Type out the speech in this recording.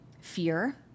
fear